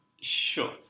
Sure